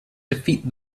defeat